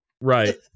right